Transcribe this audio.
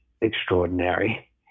extraordinary